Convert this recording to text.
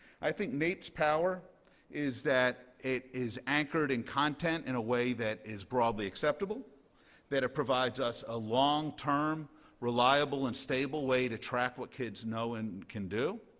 i think naep's power is that it is anchored in content in a way that is broadly acceptable that it provides us a long-term, reliable, and stable way to track what kids know and can do